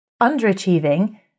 underachieving